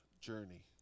journey